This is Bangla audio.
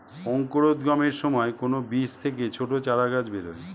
অঙ্কুরোদ্গমের সময় কোন বীজ থেকে ছোট চারাগাছ বেরোয়